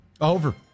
Over